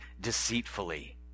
deceitfully